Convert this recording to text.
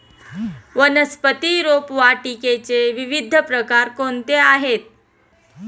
वनस्पती रोपवाटिकेचे विविध प्रकार कोणते आहेत?